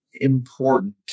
important